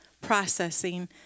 processing